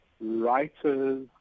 writers